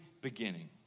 beginning